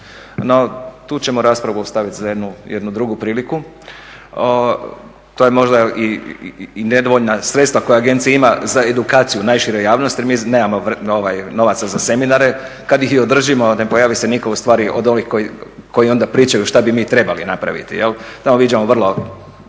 no tu ćemo raspravu ostaviti za jednu drugu priliku. To je možda i nedovoljna sredstva koja agencija ima za edukaciju najširoj javnosti jer mi nemamo novaca za seminare, kada ih i održimo ne pojavi se nitko ustvari od ovih koji onda pričaju šta bi mi trebali napraviti. Tamo viđamo vrlo,